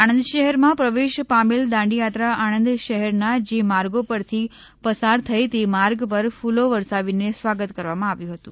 આણંદ શહેરમાં પ્રવેશ પામેલ દાંડીયાત્રા આણંદ શહેરના જે માર્ગો પરથી પસાર થઇ તે માર્ગ પર ફુલો વરસાવીને સ્વાગત કરવામાં આવ્યું હતું